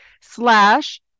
slash